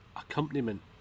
accompaniment